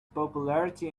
popularity